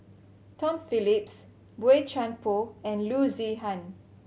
Tom Phillips Boey Chuan Poh and Loo Zihan